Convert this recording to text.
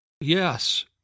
Yes